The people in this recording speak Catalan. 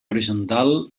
horitzontal